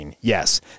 Yes